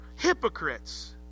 hypocrites